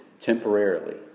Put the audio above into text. temporarily